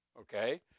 Okay